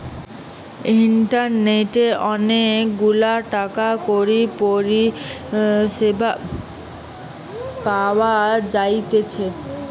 ইন্টারনেটে অনেক গুলা টাকা কড়ির পরিষেবা পাওয়া যাইতেছে